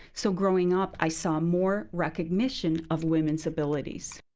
so growing up, i saw more recognition of women's abilities.